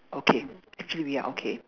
okay actually we are okay